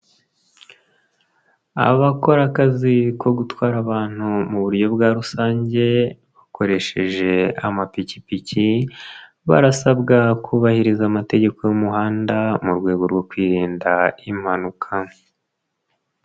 Abakora akazi ko gutwara abantu mu buryo bwa rusange bakoresheje amapikipiki, barasabwa kubahiriza amategeko y'umuhanda mu rwego rwo kwirinda impanuka.